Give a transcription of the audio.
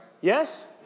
Yes